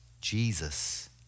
Jesus